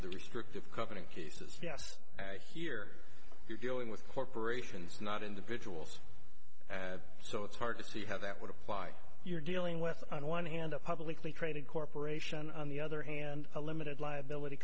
of the restrictive company cases yes here you're dealing with corporations not individuals so it's hard to see how that would apply you're dealing with on one hand a publicly traded corporation on the other hand a limited liability